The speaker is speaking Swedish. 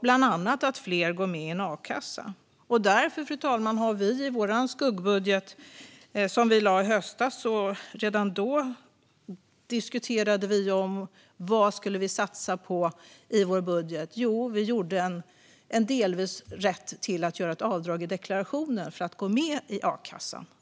bland annat genom att fler går med i en a-kassa. Därför, fru talman, diskuterade vi redan i höstas vad vi skulle satsa på i vår skuggbudget. Vi lade in en rätt att delvis göra avdrag i deklarationen för att gå med i a-kassan.